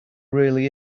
really